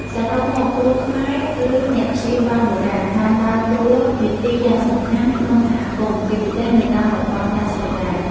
សរុបមក គ្រូខ្មែរ ឬអ្នកព្យាបាលបុរាណ បានដើរតួនាទីយ៉ាងសំខាន់ក្នុងសហគមន៍ ជាពិសេសនៅតាមតំបន់ដាច់ស្រយាល។